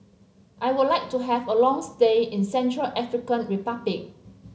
I would like to have a long stay in Central African Republic